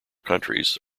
countries